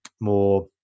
more